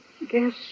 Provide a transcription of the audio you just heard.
guess